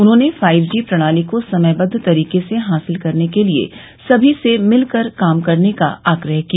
उन्होंने five G प्रणाली को समयबद्व तरीके से हासिल करने के लिए सभी से मिलकर काम करने का आग्रह किया